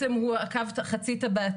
הנושא הוא דיון מהיר על תוואי המטרו.